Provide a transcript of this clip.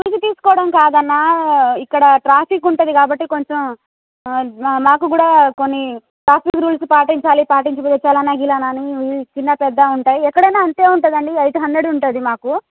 చూసితీస్కోడం కాదన్నా ఇక్కడ ట్రాఫిక్ ఉంటుంది కాబ్బటి కొంచం మాకు కూడా కొన్ని ట్రాఫిక్ రూల్స్ పాటించాలి పాటించకూడదు చలానా గిలానా అని చిన్న పెద్ద ఉంటాయి ఎక్కడైనా ఉంటుందండి ఎయిట్ హండ్రడ్ ఉంటుంది మాకు